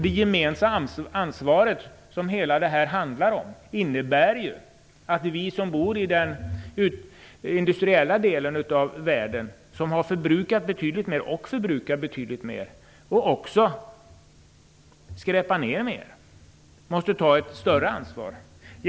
Det gemensamma ansvar som det handlar om här innebär att vi som bor i den industriella delen av världen och som har förbrukat, och förbrukar, betydligt mer och som också skräpar ner mer måste ta ett större ansvar.